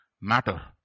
matter